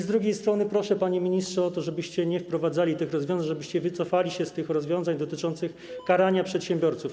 Z drugiej strony proszę, panie ministrze, o to, żebyście nie wprowadzali tych rozwiązań, żebyście wycofali się z tych rozwiązań dotyczących karania przedsiębiorców.